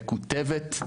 מקוטבת,